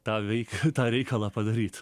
tą veik tą reikalą padaryt